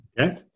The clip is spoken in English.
Okay